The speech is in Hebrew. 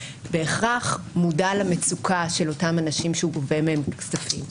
בהכרח מודע למצוקה של אותם אנשים שהוא גובה מהם כספים.